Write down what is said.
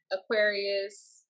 Aquarius